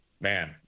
man